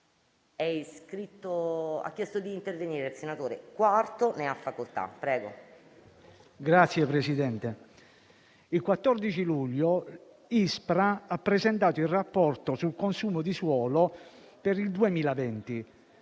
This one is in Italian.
il 14 luglio l'ISPRA ha presentato il rapporto sul consumo di suolo per il 2021.